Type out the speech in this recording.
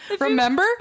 Remember